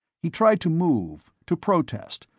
he tried to move, to protest,